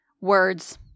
Words